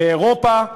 באירופה,